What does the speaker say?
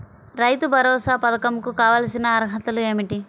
రైతు భరోసా పధకం కు కావాల్సిన అర్హతలు ఏమిటి?